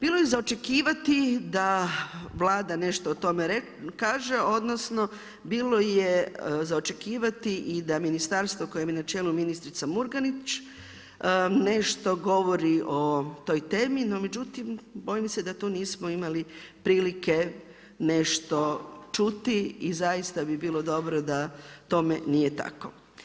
Bilo je za očekivati da Vlada nešto o tome kaže, odnosno bilo je za očekivati i da ministarstvo kojem je na čelu ministrica Murganić nešto govori o toj temi, no međutim bojim se da tu nismo imali prilike nešto čuti i zaista bi bilo dobro da tome nije tako.